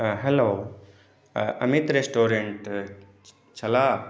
hello Amit restaurant छलह